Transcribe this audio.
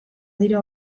dira